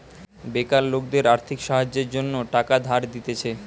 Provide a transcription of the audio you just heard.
বেকার লোকদের আর্থিক সাহায্যের জন্য টাকা ধার দিতেছে